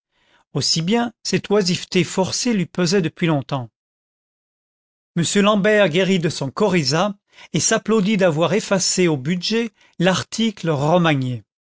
aussi bien cette oisiveté forcée lui pesait depuis longtemps m l'ambert guérit de soa coryza et s'applaudit d'avoir effacé au budget l'article romagné